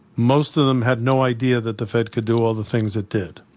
most of them had no idea that the fed could do all the things it did.